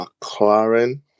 McLaren